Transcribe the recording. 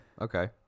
okay